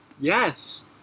Yes